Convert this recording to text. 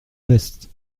veste